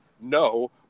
no